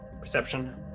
Perception